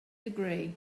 degree